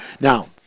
now